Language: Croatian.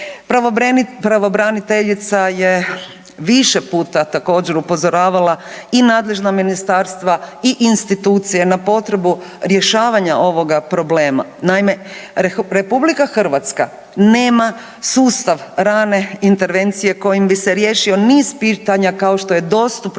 Pravobraniteljica je više puta također upozoravala i nadležna ministarstva i institucije na potrebu rješavanja ovoga problema. Naime, RH nema sustav rane intervencije kojim bi se riješio niz pitanja kao što je dostupnost